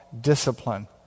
discipline